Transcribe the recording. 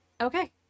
Okay